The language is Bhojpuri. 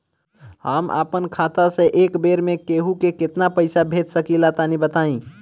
हम आपन खाता से एक बेर मे केंहू के केतना पईसा भेज सकिला तनि बताईं?